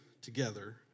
together